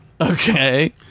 Okay